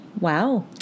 Wow